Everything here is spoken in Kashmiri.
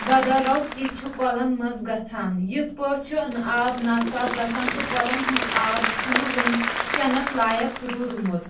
بَدرو تہِ چھ کۄلن منٛز گژھان یِتھ پٲٹھۍ چھ آب ناصاف گژھان تہٕ کۄلَن ہُند آب چھُنہٕ ؤنۍ چٮ۪نَس لایق روٗدمُت